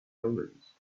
omens